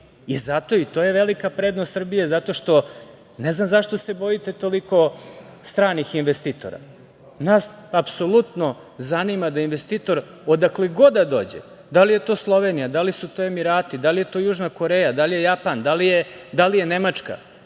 svi. To je velika prednost Srbije, zato što, ne znam zašto se bojite toliko stranih investitora. Nas apsolutno zanima da investitor, odakle god da dođe, da li je to Slovenija, da li su to Emirati, da li je to Južna Koreja, da li je Japan, da li je Nemačka,